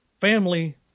family